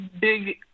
big